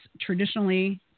traditionally